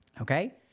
Okay